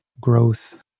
growth